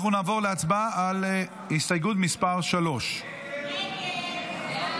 נעבור להצבעה על הסתייגות מס' 3. הצבעה,